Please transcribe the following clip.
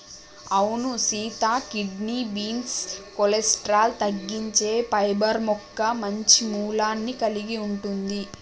అవును Sita kidney beans cholesterol తగ్గించే fibre మొక్క మంచి మూలాన్ని కలిగి ఉంటుంది